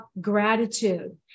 gratitude